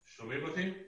כן,